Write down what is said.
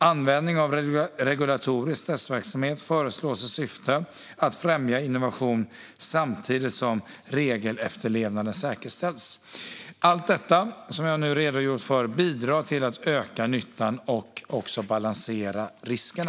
Användning av regulatorisk testverksamhet föreslås i syfte att främja innovation samtidigt som regelefterlevnaden säkerställs. Allt detta som jag nu redogjort för bidrar till att öka nyttan och balansera riskerna.